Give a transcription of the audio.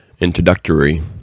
Introductory